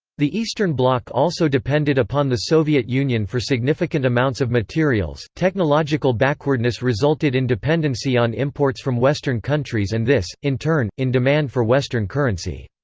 the eastern bloc also depended upon the soviet union for significant amounts of materials technological backwardness resulted in dependency on imports from western countries and this, in turn, in demand for western currency.